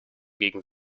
gegen